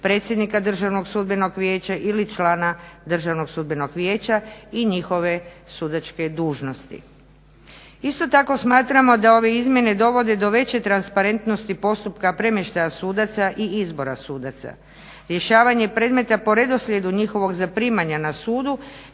predsjednika Državnom sudbenom vijeća ili člana Državnog sudbenog vijeća i njihove sudačke dužnosti. Isto tako smatramo da ove izmjene dovode do veće transparentnosti postupka premještaja sudaca i izbora sudaca, rješavanja predmeta po redoslijedu njihovog zaprimanja na sudu